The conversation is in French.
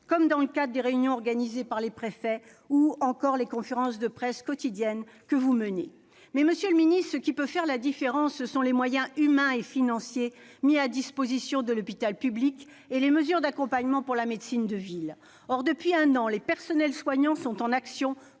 comme dans le cadre des réunions organisées par les préfets, ou encore les conférences de presse quotidiennes que vous tenez. C'est ce que fait le Gouvernement ! Cependant, monsieur le ministre, ce qui peut faire la différence, ce sont les moyens humains et financiers mis à disposition de l'hôpital public et les mesures d'accompagnement pour la médecine de ville. Or, depuis un an, les personnels soignants conduisent une action